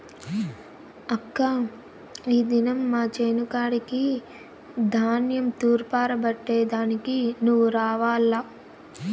అక్కా ఈ దినం మా చేను కాడికి ధాన్యం తూర్పారబట్టే దానికి నువ్వు రావాల్ల